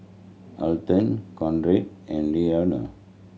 Alton Conrad and Lenora